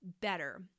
better